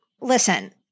Listen